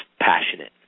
passionate